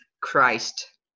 Christ